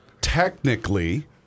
technically